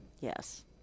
Yes